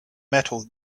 metal